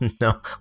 no